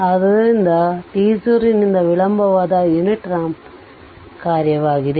ಆದ್ದರಿಂದ ಇದು t0 ನಿಂದ ವಿಳಂಬವಾದ ಯುನಿಟ್ ರಾಂಪ್ ಕಾರ್ಯವಾಗಿದೆ